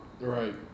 Right